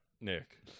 Nick